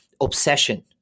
obsession